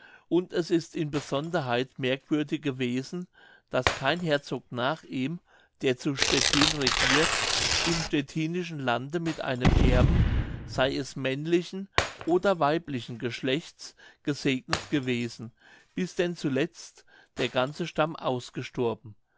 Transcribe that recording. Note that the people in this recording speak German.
und es ist insonderheit merkwürdig gewesen daß kein herzog nach ihm der zu stettin regieret im stettinschen lande mit einem erben sei es männlichen oder weiblichen geschlechts gesegnet gewesen bis denn zuletzt der ganze stamm ausgestorben